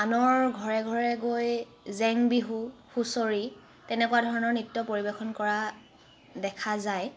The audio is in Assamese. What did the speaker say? আনৰ ঘৰে ঘৰে গৈ জেং বিহু হুঁচৰি তেনেকুৱা ধৰণৰ নৃত্য পৰিৱেশন কৰা দেখা যায়